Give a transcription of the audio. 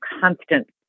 constant